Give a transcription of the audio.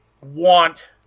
Want